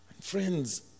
Friends